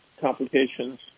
complications